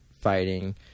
fighting